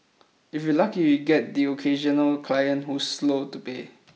if you're lucky you'll get the occasional client who's slow to pay